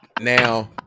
Now